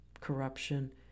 corruption